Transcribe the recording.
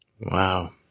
Wow